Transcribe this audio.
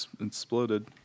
Exploded